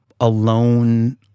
alone